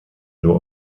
nur